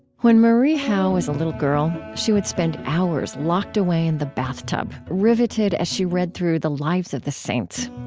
when marie howe was a little girl, she would spend hours locked away in the bathtub, riveted as she read through the lives of the saints.